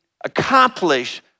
accomplish